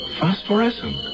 phosphorescent